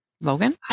Logan